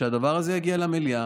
שהדבר הזה יגיע למליאה,